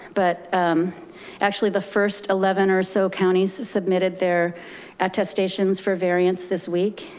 but actually, the first eleven or so counties submitted their attestations for variance this week.